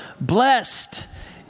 Blessed